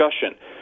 discussion